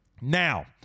Now